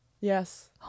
Yes